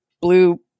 Blue